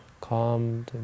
calm